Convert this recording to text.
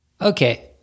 Okay